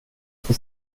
ska